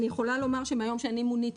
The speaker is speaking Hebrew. אני יכולה לומר שמהיום שאני מוניתי